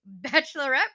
bachelorette